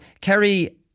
Kerry